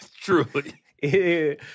Truly